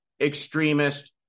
extremist